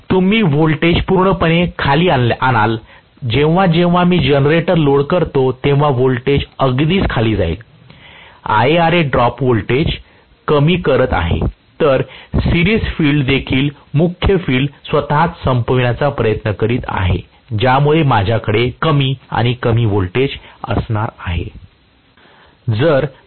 तर तुम्ही व्होल्टेज पूर्णपणे खाली आणाल जेव्हा जेव्हा मी जनरेटर लोड करतो तेव्हा व्होल्टेज अगदीच खाली जातील IaRa ड्रॉप व्होल्टेज कमी करत आहे तर सिरिज फील्ड देखील मुख्य फील्ड स्वतःच संपविण्याचा प्रयत्न करीत आहे ज्यामुळे माझ्याकडे कमी आणि कमी व्होल्टेज असणार आहे